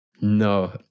No